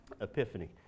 Epiphany